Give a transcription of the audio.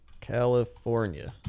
California